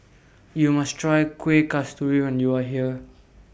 YOU must Try Kueh Kasturi when YOU Are here